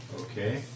Okay